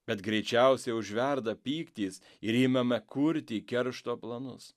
bet greičiausiai užverda pyktis ir imame kurti keršto planus